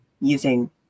using